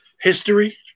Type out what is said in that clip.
history